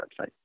website